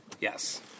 Yes